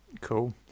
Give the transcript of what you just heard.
cool